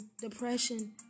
depression